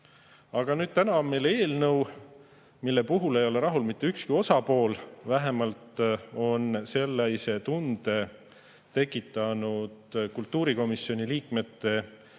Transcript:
Aga nüüd täna on meil eelnõu, mille puhul ei ole rahul mitte ükski osapool. Vähemalt on sellise tunde tekitanud kultuurikomisjoni liikmete